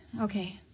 Okay